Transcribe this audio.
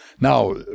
Now